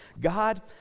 God